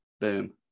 Boom